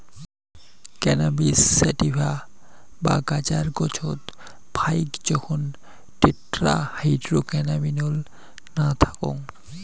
cannabis sativa বা গাঁজার গছত ফাইক জোখন টেট্রাহাইড্রোক্যানাবিনোল না থাকং